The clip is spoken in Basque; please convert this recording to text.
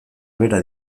bera